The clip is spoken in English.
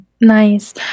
nice